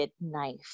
knife